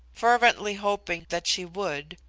fervently hoping that she would,